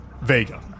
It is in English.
Vega